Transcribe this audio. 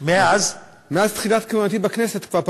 באמצעות אגף השיקום,